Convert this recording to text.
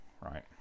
right